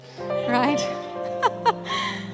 right